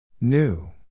New